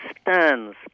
stands